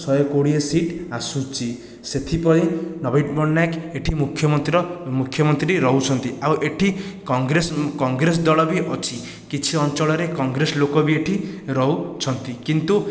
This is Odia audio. ଶହେ କୋଡ଼ିଏ ସିଟ୍ ଆସୁଛି ସେଥିପାଇଁ ନବୀନ ପଟ୍ଟନାୟକ ଏଠି ମୁଖ୍ୟମନ୍ତ୍ରୀର ମୁଖ୍ୟମନ୍ତ୍ରୀ ରହୁଛନ୍ତି ଆଉ ଏଠି କଂଗ୍ରେସ କଂଗ୍ରେସ ଦଳ ବି ଅଛି କିଛି ଅଞ୍ଚଳରେ କଂଗ୍ରେସ ଲୋକ ବି ଏଠି ରହୁଛନ୍ତି କିନ୍ତୁ